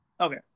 Okay